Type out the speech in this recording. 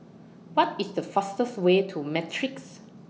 What IS The fastest Way to Matrix